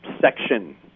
section